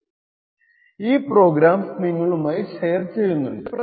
നജ്ൻ ഈ പ്രോഗ്രാംസ് നിങ്ങളുമായി ഷെയർ ചെയുന്നുണ്ട്